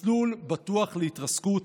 מסלול בטוח להתרסקות,